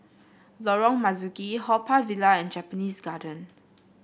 Lorong Marzuki Haw Par Villa and Japanese Garden